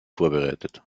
vorbereitet